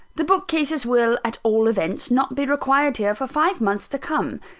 the bookcases will, at all events, not be required here for five months to come.